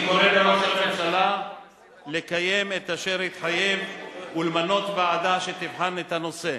אני קורא לראש הממשלה לקיים את אשר התחייב ולמנות ועדה שתבחן את הנושא.